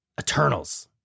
Eternals